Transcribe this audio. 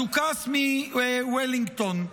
הדוכס מוולינגטון.